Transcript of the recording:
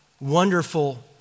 wonderful